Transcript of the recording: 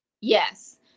Yes